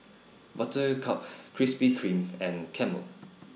Buttercup Krispy Kreme and Camel